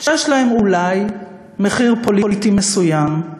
שיש להם אולי מחיר פוליטי מסוים.